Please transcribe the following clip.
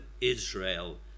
Israel